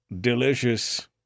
delicious